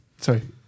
Sorry